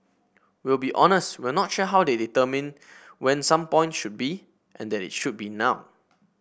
we'll be honest we're not sure how they determined when some point should be and that it should be now